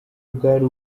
bwari